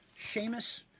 Seamus